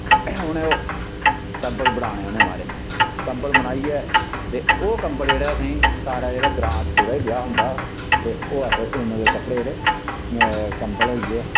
उ'नें ओह् कम्बल बनाने उ'नें महाराज कम्बल बनाइयै ते ओह् कम्बल जेहड़े असें सारे जेह्ड़ा ग्रांऽ च कुतै बी ब्याह् होंदा हा ते ओह् अस उन्न दे कपड़े जेह्डे कम्बल होई गे